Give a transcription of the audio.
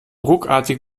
ruckartige